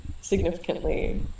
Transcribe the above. significantly